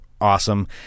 awesome